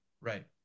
Right